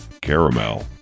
caramel